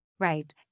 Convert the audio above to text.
Right